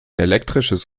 elektrisches